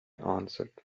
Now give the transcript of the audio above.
answered